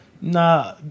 Nah